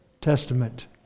testament